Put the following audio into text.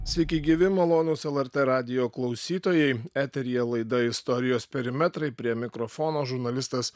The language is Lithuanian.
sveiki gyvi malonūs lrt radijo klausytojai eteryje laida istorijos perimetrai prie mikrofono žurnalistas